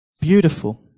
Beautiful